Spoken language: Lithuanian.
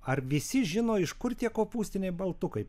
ar visi žino iš kur tie kopūstiniai baltukai